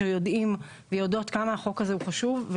שיודעים ויודעות כמה החוק הזה חשוב,